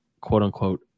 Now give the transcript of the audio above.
quote-unquote